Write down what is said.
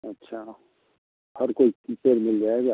अच्छा हर कोई कीकर मिल जाएगा